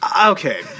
okay